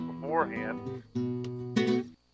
beforehand